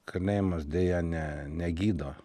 kalėjimas deja ne negydo